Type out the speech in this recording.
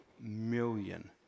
million